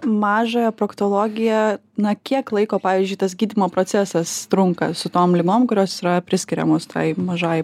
mažąją proktologiją na kiek laiko pavyzdžiui tas gydymo procesas trunka su tom ligom kurios yra priskiriamos tai mažajai